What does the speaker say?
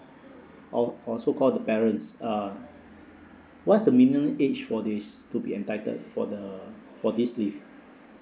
or or so called the parents uh what's the minimum age for this to be entitled for the for this leave